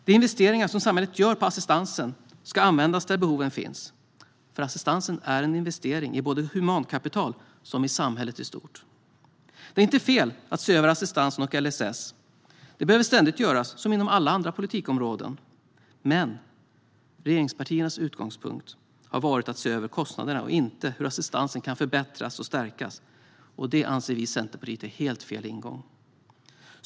De investeringar som samhället gör i assistansen ska användas där behoven finns. Assistansen är en investering både i humankapital och i samhället i stort. Det är inte fel att se över assistansen och LSS. Översyner behöver ständigt göras, precis som inom alla andra politikområden. Men regeringspartiernas utgångspunkt har varit att se över kostnaderna och inte hur assistansen kan förbättras och stärkas. Det anser Centerpartiet är fel ingång.